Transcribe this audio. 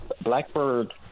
blackbird